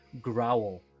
growl